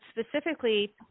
specifically